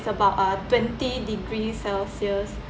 it is about uh twenty degree celsius